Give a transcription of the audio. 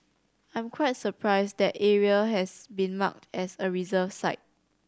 I'm quite surprised that area has been marked as a reserve site